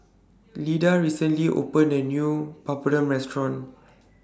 Lidia recently opened A New Papadum Restaurant